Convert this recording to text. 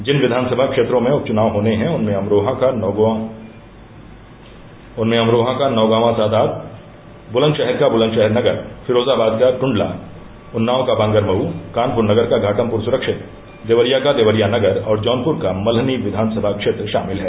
जिन विघानसभा क्षेत्रों में उपचुनाव होने हैं उनमें अमरोहा का नौगावां सादात बुलंदशहर का बुलंदशहर नगर फिरोजाबाद का ट्रण्डला उन्नाव का बांगरमऊ कानपुर नगर का घाटमपुर सुरक्षित देवरिया का देवरिया नगर और जौनपुर का मल्हनी विघानसभा क्षेत्र शामिल है